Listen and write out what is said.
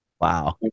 Wow